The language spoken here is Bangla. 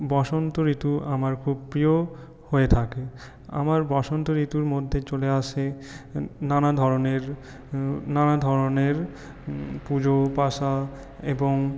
বসন্ত ঋতু আমার খুব প্রিয় হয়ে থাকে আমার বসন্ত ঋতুর মধ্যে চলে আসে নানাধরনের নানাধরনের পুজো পাশা এবং